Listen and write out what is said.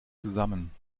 zusammen